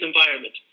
environment